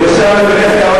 הוא ישב לפני כמה